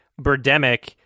Birdemic